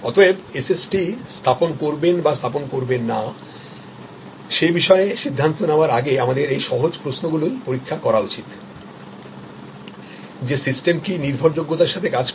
অতএব SST স্থাপন করবেন বা স্থাপন করবেন না সে বিষয়ে সিদ্ধান্ত নেওয়ার আগে আমাদের এই সহজ প্রশ্নগুলি পরীক্ষা করা উচিত যে সিস্টেম কি নির্ভরযোগ্যতার সাথে কাজ করে